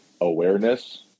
awareness